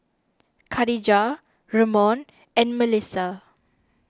Khadijah Ramon and Mellisa